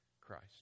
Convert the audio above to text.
Christ